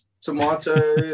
tomato